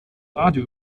radio